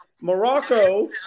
Morocco